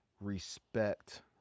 respect